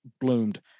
bloomed